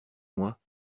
moi